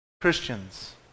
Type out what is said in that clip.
Christians